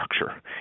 structure